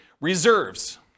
reserves